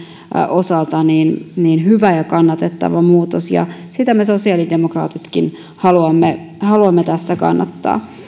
osalta hyvä ja kannatettava muutos ja sitä me sosiaalidemokraatitkin haluamme haluamme tässä kannattaa